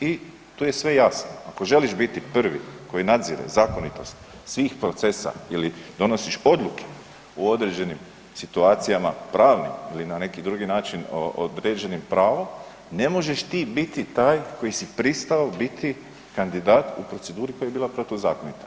I tu je sve jasno, ako želiš biti prvi koji nadzire zakonitost svih procesa ili donosiš odluke u određenim situacijama pravnim ili na neki drugi način određenim pravom ne možeš ti biti taj koji si pristao biti kandidat u proceduri koja je bila protuzakonita.